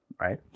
right